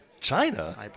China